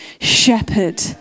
shepherd